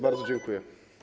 Bardzo dziękuję.